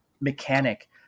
mechanic